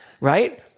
right